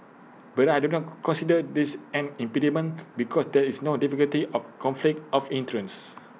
but I do not come consider this an impediment because there is no difficulty of conflict of interest